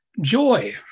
joy